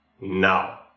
Now